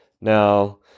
Now